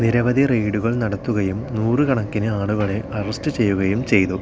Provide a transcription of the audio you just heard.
നിരവധി റെയ്ഡുകൾ നടത്തുകയും നൂറുകണക്കിന് ആളുകളെ അറസ്റ്റ് ചെയ്യുകയും ചെയ്തു